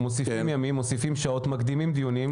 מוסיפים ימים, מוסיפים שעות ומקדימים דיונים.